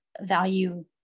value